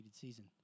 season